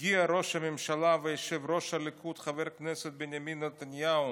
הגיעו ראש הממשלה ויושב-ראש הליכוד חבר הכנסת בנימין נתניהו